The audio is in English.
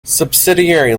subsidiary